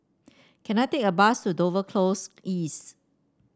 can I take a bus to Dover Close East